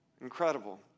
Incredible